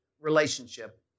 relationship